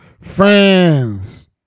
friends